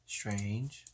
Strange